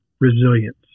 resilience